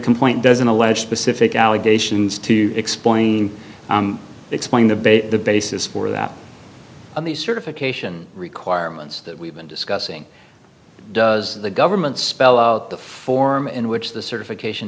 complaint doesn't allege pacific allegations to explain explain the been the basis for that on the certification requirements that we've been discussing does the government spell out the form in which the certification